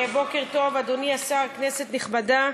בוקר טוב, אדוני השר, כנסת נכבדה.